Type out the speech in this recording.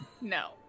No